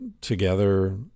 together